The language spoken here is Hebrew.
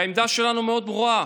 והעמדה שלנו מאוד ברורה.